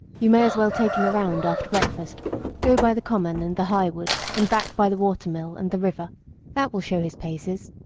you may as well take him around after breakfast go by the common and the highwood, and back by the watermill and the river that will show his paces.